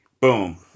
Boom